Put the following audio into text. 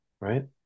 right